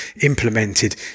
implemented